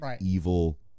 evil